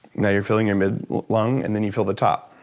now you're filling your mid-lung, and then, you fill the top